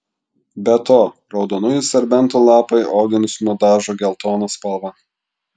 be to raudonųjų serbentų lapai audinius nudažo geltona spalva